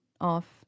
off